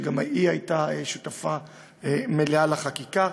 שגם היא הייתה שותפה מלאה לחקיקה.